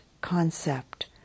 concept